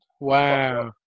Wow